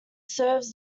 serves